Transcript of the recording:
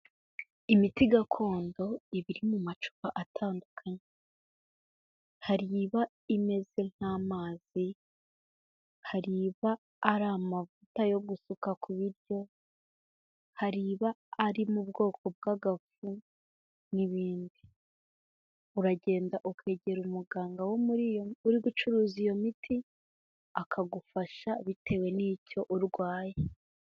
Imiti gakondo iba iri mu macupa atandukanye, hari iba imeze nk'amazi, hari iba ari amavuta yo gusuka ku biryo, hari iba ari mu bwoko bw'agafu n'ibindi, uragenda ukegera umuganga wo uri gucuruza iyo miti, akagufasha bitewe n'icyo urwaye.